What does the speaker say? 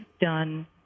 done